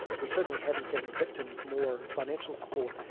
we certainly haven't given victims more financial support.